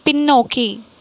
பின்னோக்கி